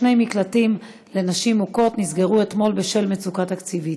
בנושא: שני מקלטים לנשים מוכות נסגרו אתמול בשל מצוקה תקציבית.